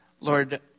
Lord